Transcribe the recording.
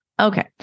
Okay